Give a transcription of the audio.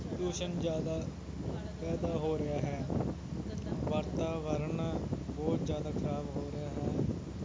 ਪ੍ਰਦੂਸ਼ਣ ਜ਼ਿਆਦਾ ਪੈਦਾ ਹੋ ਰਿਹਾ ਹੈ ਵਾਤਾਵਰਨ ਬਹੁਤ ਜ਼ਿਆਦਾ ਖ਼ਰਾਬ ਹੋ ਰਿਹਾ ਹੈ